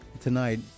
tonight